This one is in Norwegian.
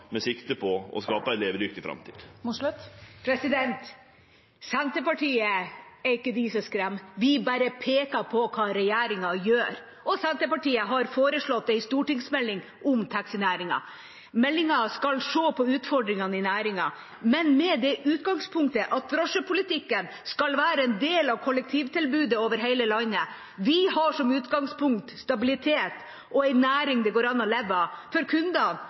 med sikte på å skape ei levedyktig framtid. Det er ikke Senterpartiet som skremmer, vi bare peker på hva regjeringa gjør. Senterpartiet har foreslått en stortingsmelding om taxinæringen. Meldinga skal se på utfordringene i næringen, men med det utgangspunktet at drosjepolitikken skal være en del av kollektivtilbudet over hele landet. Vi har som utgangspunkt stabilitet og en næring det går an å leve av. For